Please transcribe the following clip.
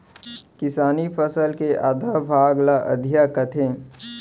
किसानी फसल के आधा भाग ल अधिया कथें